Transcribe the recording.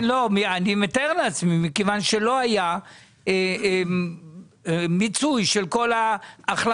אני מתאר לעצמי שזה מכיוון שלא היה מיצוי של כל ה-2,000.